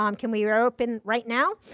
um can we reopen right now?